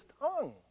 tongue